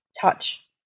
touch